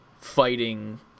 fighting